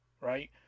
Right